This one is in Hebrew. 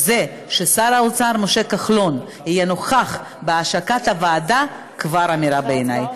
זה ששר האוצר משה כחלון יהיה נוכח בהשקת הוועדה זו כבר אמירה בעיניי,